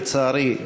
לצערי,